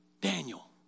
Daniel